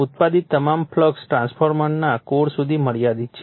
ઉત્પાદિત તમામ ફ્લક્સ ટ્રાન્સફોર્મરના કોર સુધી મર્યાદિત છે